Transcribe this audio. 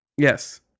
yes